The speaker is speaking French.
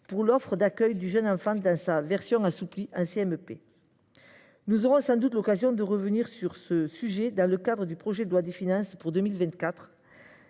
pour l’offre d’accueil du jeune enfant dans sa version assouplie en commission mixte paritaire. Nous aurons sans doute l’occasion de revenir sur ce sujet dans le cadre du projet de loi de finances pour 2024.